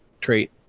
trait